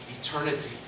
eternity